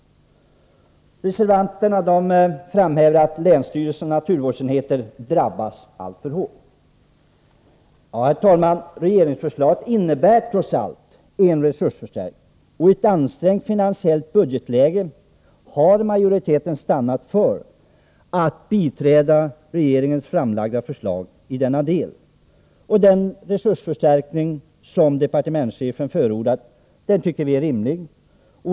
Reservanterna framhäver att länsstyrelsernas naturvårdsenheter drabbas alltför hårt. Ja, regeringsförslaget innebär trots allt en resursförstärkning, och i ett ansträngt finansiellt budgetläge har majoriteten stannat för att biträda regeringens framlagda förslag i denna del. Den resursförstärkning som departementschefen förordat är enligt vår mening rimlig.